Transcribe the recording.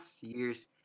year's